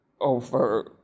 over